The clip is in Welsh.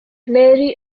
mary